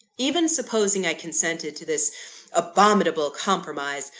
even supposing i consented to this abominable compromise,